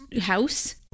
house